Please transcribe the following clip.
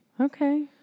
Okay